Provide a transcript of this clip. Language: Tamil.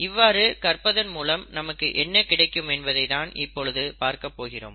இவ்வாறு கற்பதன் மூலம் நமக்கு என்ன கிடைக்கும் என்பதை தான் இப்பொழுது பார்க்கப் போகிறோம்